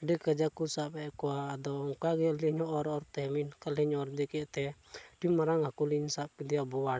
ᱟᱹᱰᱤ ᱠᱟᱡᱟᱠ ᱠᱚ ᱥᱟᱵ ᱮᱫ ᱠᱚᱣᱟ ᱟᱫᱚ ᱚᱱᱠᱟᱜᱮ ᱟᱹᱞᱤᱧ ᱫᱚ ᱚᱨ ᱚᱨᱛᱮ ᱢᱤᱫ ᱱᱟᱠᱷᱟ ᱞᱤᱧ ᱚᱨ ᱤᱫᱤ ᱠᱮᱫ ᱛᱮ ᱟᱹᱰᱤ ᱢᱟᱨᱟᱝ ᱦᱟᱹᱠᱩ ᱞᱤᱧ ᱥᱟᱵ ᱮᱫᱮᱭᱟ ᱵᱚᱣᱟᱲ